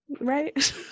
Right